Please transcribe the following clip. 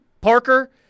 Parker